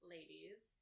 Ladies